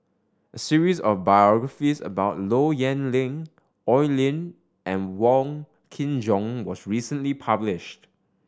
a series of biographies about Low Yen Ling Oi Lin and Wong Kin Jong was recently published